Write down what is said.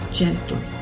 gentle